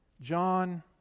John